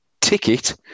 ticket